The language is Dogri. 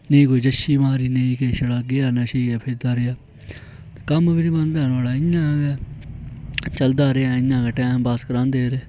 नेईं कोई जैशी मारी नेईं किश छड़ा गेआ नशें च गै फिरदा रेहा ते कम्म बी निं बनदा हा नोआढ़ा इ'यां गै चलदा रेहा इ'यां गै टैम पास करांदे रेह्